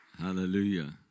hallelujah